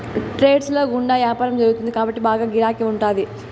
trades ల గుండా యాపారం జరుగుతుంది కాబట్టి బాగా గిరాకీ ఉంటాది